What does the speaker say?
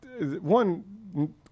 One